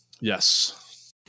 Yes